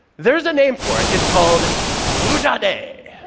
there's a name for it. it's called vuja de.